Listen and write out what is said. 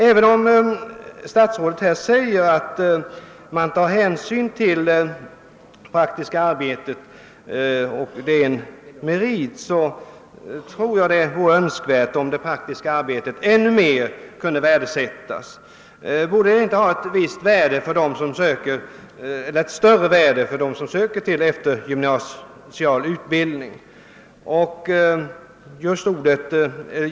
Även om statsrådet här säger att man tar hänsyn till det praktiska arbetet och att det är en merit tror jag det vore önskvärt om det praktiska arbetet kunde värdesättas ännu mer. Borde inte just detta att ha arbetslivserfarenhet få ett större meritvärde för den som söker till eftergymnasial utbildning?